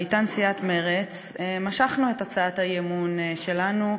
ואתן סיעת מרצ משכנו את הצעת האי-אמון שלנו,